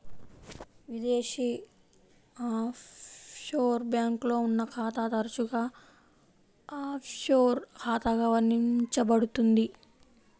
విదేశీ ఆఫ్షోర్ బ్యాంక్లో ఉన్న ఖాతా తరచుగా ఆఫ్షోర్ ఖాతాగా వర్ణించబడుతుంది